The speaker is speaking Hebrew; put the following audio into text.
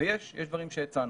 ויש דברים שהצענו.